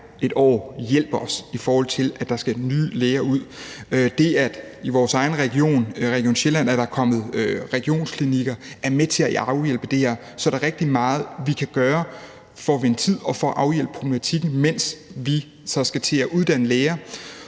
et år hjælper os, i forhold til at der skal nye læger ud. Det, at der i vores egen region, Region Sjælland, er kommet regionsklinikker, er med til at afhjælpe det, så der er rigtig meget, vi kan gøre for at vinde tid og for at afhjælpe problematikken, mens vi så skal til at uddanne læger.